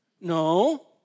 No